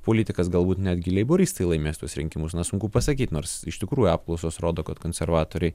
politikas galbūt netgi leiboristai laimės tuos rinkimus na sunku pasakyt nors iš tikrųjų apklausos rodo kad konservatoriai